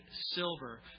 silver